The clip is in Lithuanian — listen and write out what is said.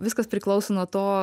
viskas priklauso nuo to